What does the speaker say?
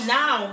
now